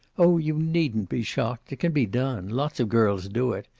oh, you needn't be shocked. it can be done. lots of girls do it.